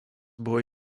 buvo